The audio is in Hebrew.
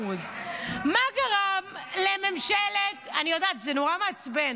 חרוז, אני יודעת, זה נורא מעצבן.